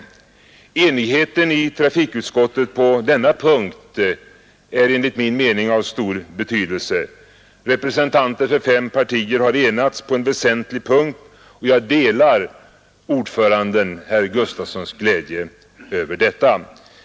Enigheten i trafikutskottet på denna punkt är enligt min mening av stor betydelse. Representanter för fem partier har enats på en väsentlig punkt, och jag delar ordförandens, herr Sven Gustafsons glädje över detta.